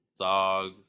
Zogs